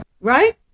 Right